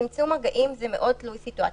צמצום מגעים הוא מאוד תלוי סיטואציה.